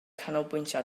canolbwyntio